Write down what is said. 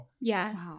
Yes